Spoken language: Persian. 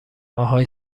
آهای